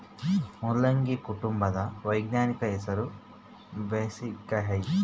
ಮುಲ್ಲಂಗಿ ಕುಟುಂಬದ ವೈಜ್ಞಾನಿಕ ಹೆಸರು ಬ್ರಾಸಿಕೆಐ